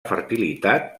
fertilitat